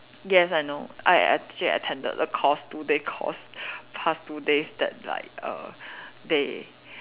yes I know I I actually attended a course two day course past two days that like err they